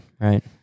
right